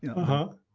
ah huh.